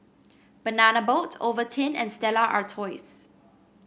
Banana Boat Ovaltine and Stella Artois